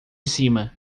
cima